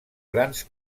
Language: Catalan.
grans